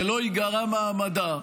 ולא ייגרע מעמדה.